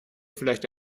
vielleicht